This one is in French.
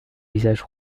visage